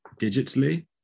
digitally